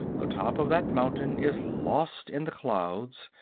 the top of that mountain is lost in the clouds,